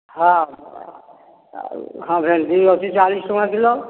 ହୋଉ ହଁ ଭେଣ୍ଡି ଅଛି ଚାଳିଶ ଟଙ୍କା କିଲୋ